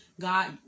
god